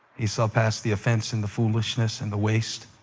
he saw past the offense and the foolishness and the waste,